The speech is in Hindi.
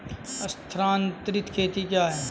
स्थानांतरित खेती क्या है?